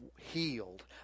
healed